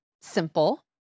simple